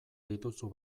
dituzu